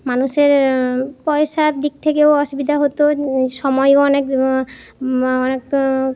মানুষের পয়সার দিক থেকেও অসুবিধা হতো সময়ও অনেক